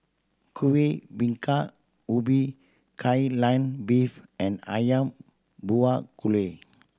Kueh Bingka Ubi Kai Lan Beef and Ayam Buah Keluak